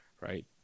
Right